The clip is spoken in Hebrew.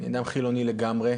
אני אדם חילוני לגמרי.